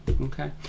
okay